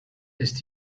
ist